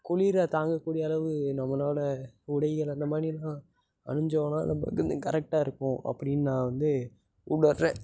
குளிரை தாங்கக்கூடிய அளவு நம்மளால் உடைகள் அந்த மாரிலாம் அணிஞ்சோன்னால் நம்ம வந்து கரெக்டாக இருப்போம் அப்படின்னு நான் வந்து உணர்கிறேன்